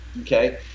okay